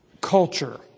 culture